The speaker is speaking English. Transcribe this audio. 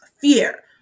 fear